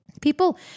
People